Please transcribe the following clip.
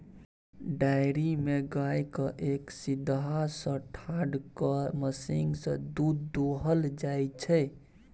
dairy मे गाय केँ एक सीधहा सँ ठाढ़ कए मशीन सँ दुध दुहल जाइ छै